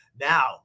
Now